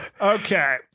Okay